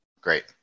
Great